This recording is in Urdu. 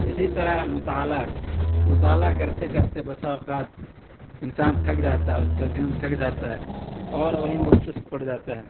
اسی طرح مطالعہ ہے مطالعہ کرتے کرتے بسا اوقات انسان تھک جاتا ہے اس کا ذہن تھک جاتا ہے اور وہیں وہ سست پڑ جاتا ہے